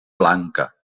blanca